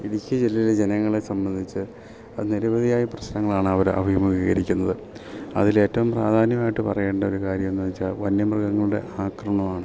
ഇടുക്കി ജില്ലയിലെ ജനങ്ങളെ സംബന്ധിച്ച് അത് നിരവധിയായി പ്രശ്നങ്ങളാണ് അവർ അഭിമുഖീകരിക്കുന്നത് അതിൽ ഏറ്റോം പ്രാധാന്യമായിട്ട് പറയേണ്ട ഒരു കാര്യം എന്ന് വെച്ചാൽ വന്യമൃഗങ്ങളുടെ ആക്രമണമാണ്